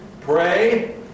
pray